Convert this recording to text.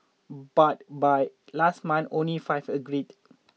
but by last month only five agreed